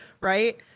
Right